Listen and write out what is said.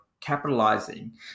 capitalizing